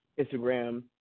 Instagram